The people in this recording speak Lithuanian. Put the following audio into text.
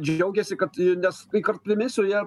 džiaugėsi kad nes kai kart priminsiu jie